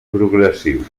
progressiu